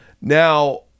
Now